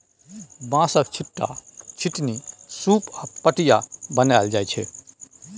बाँसक, छीट्टा, छितनी, सुप आ पटिया बनाएल जाइ छै